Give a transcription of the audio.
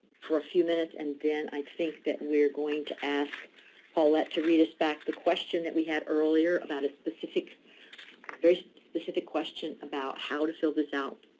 for a few minutes and then i think that we're going to ask paulette to read back the question that we had earlier about a specific very specific question about how to fill this out